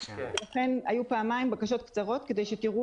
לכן היו פעמיים בקשות קצרות כדי שתראו